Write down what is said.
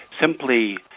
simply